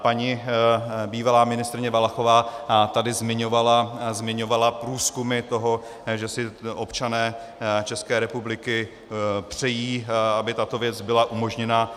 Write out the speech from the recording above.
Paní bývalá ministryně Valachová tady zmiňovala průzkumy toho, že si občané České republiky přejí, aby tato věc byla umožněna.